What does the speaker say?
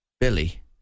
Billy